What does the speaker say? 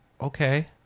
Okay